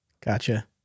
Gotcha